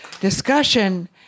discussion